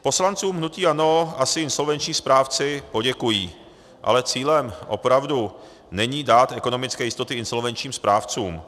Poslancům hnutí ANO asi insolvenční správci poděkují, ale cílem opravdu není dát ekonomické jistoty insolvenčním správcům.